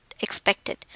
expected